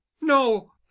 No